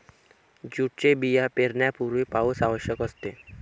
जूटचे बिया पेरण्यापूर्वी पाऊस आवश्यक असते